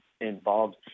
involved